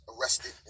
arrested